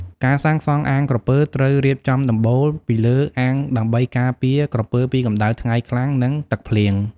ការសាងសងអាងក្រពើត្រូវរៀបចំ ដំបូល ពីលើអាងដើម្បីការពារក្រពើពីកម្ដៅថ្ងៃខ្លាំង និងទឹកភ្លៀង។